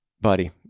Buddy